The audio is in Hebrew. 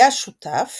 היה שותף